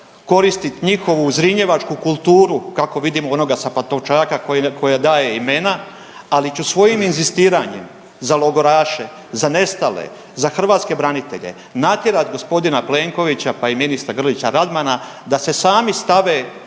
koristiti njihovu zrinjevačku kulturu, kako vidimo onoga sa Pantovčaka koji im daje imena, ali ću svojim inzistiranjem za logoraše, za nestale, za hrvatske branitelje natjerati g. Plenkovića, pa i ministra Grlića Radmana da se sami stave